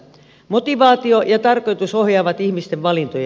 motivaatio ja tarkoitus ohjaavat ihmisten valintoja